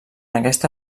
aquesta